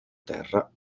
terra